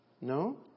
No